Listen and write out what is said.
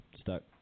stuck